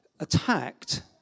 attacked